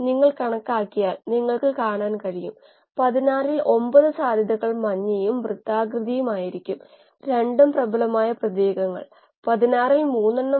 അതിനാൽ നാം അതിനെക്കുറിച്ച് ജാഗ്രത പാലിക്കേണ്ടതുണ്ട് അത് പ്രവർത്തിക്കുമെന്ന് പ്രതീക്ഷിക്കുന്നു ഇത് പ്രവർത്തിക്കുന്നില്ലെങ്കിൽ നമ്മൾ പോയി കോശ തലത്തിൽ കാര്യങ്ങൾ മനസ്സിലാക്കേണ്ടതുണ്ട്